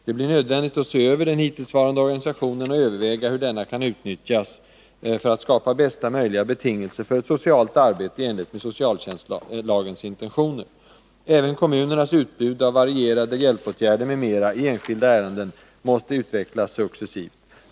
Det blir nödvändigt att se över den hittillsvarande organisationen och överväga hur denna kan utnyttjas för att skapa bästa möjliga betingelser för ett socialt arbete i enlighet med socialtjänstlagens intentioner. Även kommunernas utbud av varierade hjälpåtgärder m.m. i enskilda ärenden måste utvecklas successivt.